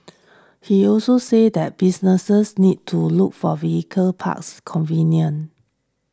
he also said that businesses need to look for vehicle parks convenient